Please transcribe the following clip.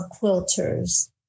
quilters